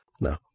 No